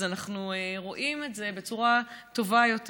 אנחנו רואים את זה בצורה טובה יותר.